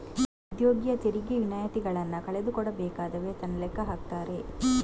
ಉದ್ಯೋಗಿಯ ತೆರಿಗೆ ವಿನಾಯಿತಿಗಳನ್ನ ಕಳೆದು ಕೊಡಬೇಕಾದ ವೇತನ ಲೆಕ್ಕ ಹಾಕ್ತಾರೆ